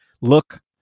look